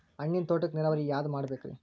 ಹಣ್ಣಿನ್ ತೋಟಕ್ಕ ನೀರಾವರಿ ಯಾದ ಮಾಡಬೇಕ್ರಿ?